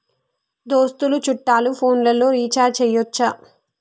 దోస్తులు చుట్టాలు ఫోన్లలో రీఛార్జి చేయచ్చా?